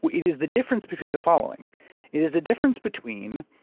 but it is the difference between the following it is the difference between